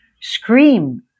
scream